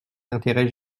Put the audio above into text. l’intérêt